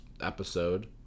episode